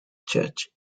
church